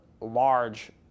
large